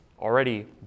already